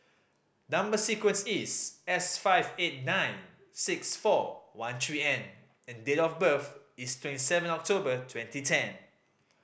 number sequence is S five eight nine six four one three N and date of birth is twenty seven October twenty ten